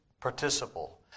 participle